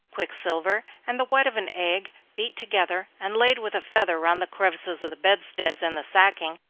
quicksilver and the white of an egg, beat together, and laid with a feather round the crevices of the bedsteads and the sacking,